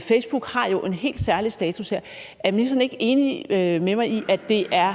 Facebook har jo en helt særlig status her. Så er ministeren ikke enig med mig i, at det er